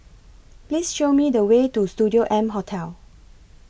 Please Show Me The Way to Studio M Hotel